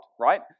right